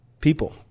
People